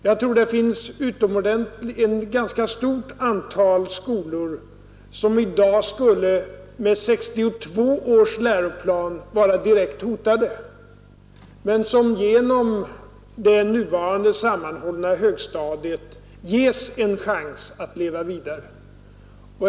Jag tror att det finns ett ganska stort antal skolor som med 1962 års läroplan skulle vara direkt hotade men som genom .det nuvarande sammanhållna högstadiet ges en chans att leva vidare.